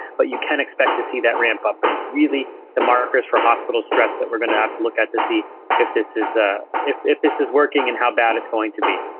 but you can expect to see that ramp up. but it's really the markers for hospital stress that we're going to have to look at to see if this is ah if if this is working and how bad it's going to be